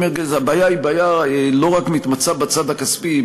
הבעיה לא מתמצה רק בצד הכספי,